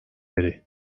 biri